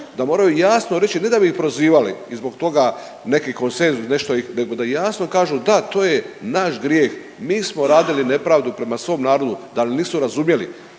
da moraju jasno reći, ne da bi prozivali i zbog toga neki konsenzus, nešto ih, nego da jasno kažu, da, to je naš grijeh, mi smo radili nepravdu prema svom narodu, da nas nisu razumjeli,